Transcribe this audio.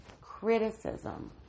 criticism